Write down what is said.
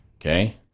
Okay